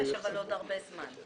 יש, אבל עוד הרבה זמן.